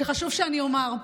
שחשוב שאני אומר.